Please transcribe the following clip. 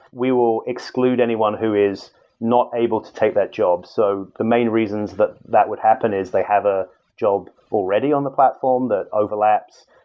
we will exclude anyone who is not able to take that job. so the main reasons that that would happen is they have a job already on the platform that overlaps.